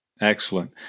Excellent